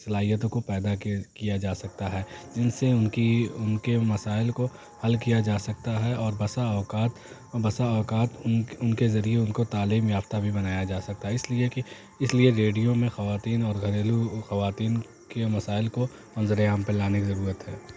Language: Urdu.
صلاحیتوں کو پیدا کی کیا جا سکتا ہے جن سے ان کی ان کے مسائل کو حل کیا جا سکتا ہے اور بسا اوقات بسا اوقات ان ان کے ذریعے ان کو تعلیم یافتہ بھی بنایا جا سکتا ہے اس لیے کہ اس لیے ریڈیو میں خواتین اور گھریلو خواتین کے مسائل کو منظر عام پہ لانے کی ضرورت ہے